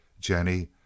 Jenny